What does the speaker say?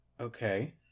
Okay